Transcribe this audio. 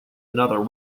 another